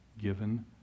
given